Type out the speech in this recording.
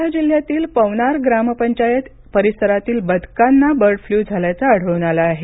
वर्धा जिल्ह्यातील पवनार ग्रामपंचायत परिसरातील बदकांना बर्ड फ्ल्यू झाल्याचं आढळून आले आहे